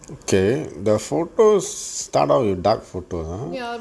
okay the photos start out with dark photos ah